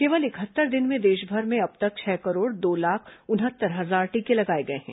केवल इकहत्तर दिन में देशभर में अब तक छह करोड़ दो लाख उनहत्तर हजार टीके लगाए गए हैं